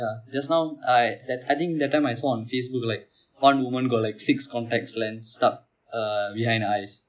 ya just now I th~ I think that time I saw on facebook like one woman got like six contacts lens stuck eh behind her eyes